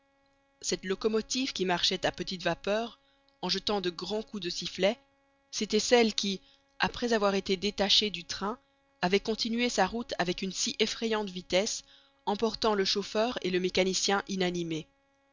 cette locomotive qui marchait à petite vapeur en jetant de grands coups de sifflet c'était celle qui après avoir été détachée du train avait continué sa route avec une si effrayante vitesse emportant le chauffeur et le mécanicien inanimés